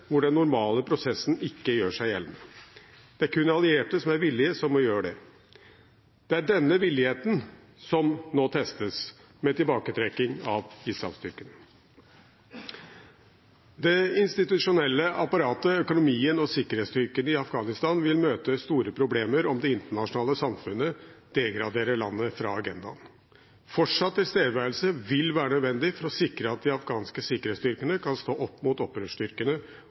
hvor den normale prosessen ikke gjør seg gjeldende. Det er kun allierte som er villige, som må gjøre det. Det er denne villigheten som nå testes, med tilbaketrekking av ISAF-styrkene. Det institusjonelle apparatet, økonomien og sikkerhetsstyrkene i Afghanistan vil møte store problemer om det internasjonale samfunnet degraderer landet fra agendaen. Fortsatt tilstedeværelse vil være nødvendig for å sikre at de afghanske sikkerhetsstyrkene kan stå opp mot